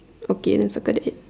okay settled that's it